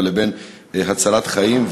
לבין הצלת חיים,